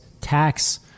tax